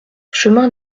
chemin